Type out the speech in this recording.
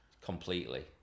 Completely